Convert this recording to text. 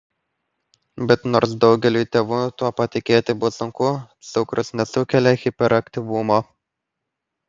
bet nors daugeliui tėvų tuo patikėti bus sunku cukrus nesukelia hiperaktyvumo